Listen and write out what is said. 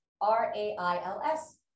R-A-I-L-S